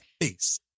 Face